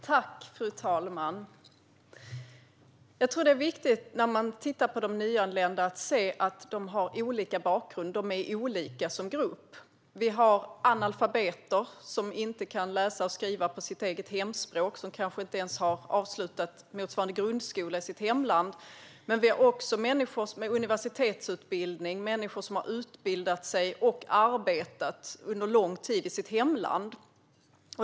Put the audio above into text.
Fru talman! Jag tror att det är viktigt att man när man tittar på de nyanlända ser att de har olika bakgrund. De är olika som grupp. Vi har analfabeter, som inte kan läsa och skriva på sitt eget hemspråk och som kanske inte ens har avslutat motsvarande grundskola i sitt hemland, men vi har också människor som är universitetsutbildade och som har utbildat sig och arbetat under lång tid i sitt hemland.